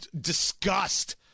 disgust